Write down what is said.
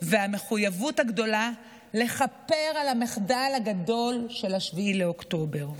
והמחויבות הגדולה לכפר על המחדל הגדול של 7 באוקטובר,